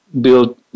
build